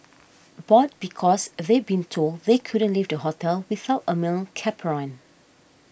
bored because they'd been told they couldn't leave the hotel without a male chaperone